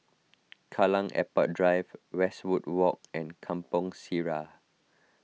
Kallang Airport Drive Westwood Walk and Kampong Sireh